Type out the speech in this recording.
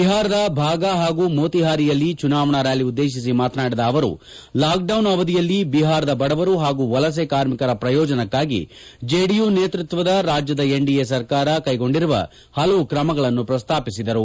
ಬಿಹಾರದ ಬಾಫ ಹಾಗೂ ಮೋತಿಹಾರಿಯಲ್ಲಿ ಚುನಾವಣಾ ರ್ಯಾಲಿ ಉದ್ದೇಶಿಸಿ ಮಾತನಾಡಿದ ಅವರು ಲಾಕ್ಡೌನ್ ಅವಧಿಯಲ್ಲಿ ಬಿಹಾರದ ಬಡವರು ಹಾಗೂ ವಲಸೆ ಕಾರ್ಮಿಕರ ಪ್ರಯೋಜನಕ್ಕಾಗಿ ಜೆಡಿಯು ನೇತೃತ್ವದ ರಾಜ್ಯದ ಎನ್ಡಿಎ ಸರ್ಕಾರ ಕೈಗೊಂಡಿರುವ ಹಲವು ಕ್ರಮಗಳನ್ನು ಪ್ರಸ್ತಾಪಿಸಿದರು